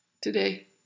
today